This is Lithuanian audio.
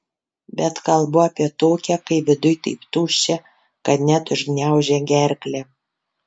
bet kalbu apie tokią kai viduj taip tuščia kad net užgniaužia gerklę